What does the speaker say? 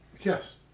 Yes